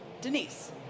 Denise